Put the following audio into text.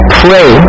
pray